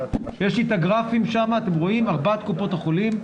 יש לי את הגרפים של ארבעת קופות החולים,